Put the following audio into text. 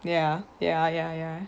ya ya ya ya